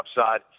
upside